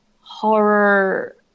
horror